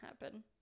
happen